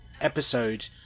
episode